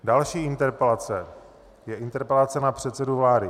Další interpelace je interpelace na předsedu vlády.